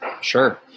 Sure